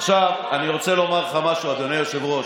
עכשיו, אני רוצה לומר לך משהו, אדוני היושב-ראש.